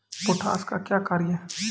Potash का क्या कार्य हैं?